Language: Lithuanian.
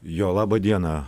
jo laba diena